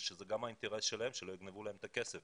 שזה גם האינטרס שלה שלא יגנבו לה את הכסף,